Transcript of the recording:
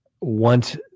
want